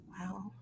wow